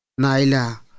naila